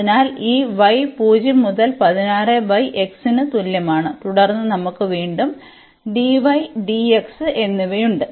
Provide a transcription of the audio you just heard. അതിനാൽ ഈ y 0 മുതൽ ന് തുല്യമാണ് തുടർന്ന് നമുക്ക് വീണ്ടും dy dx എന്നിവയുണ്ട്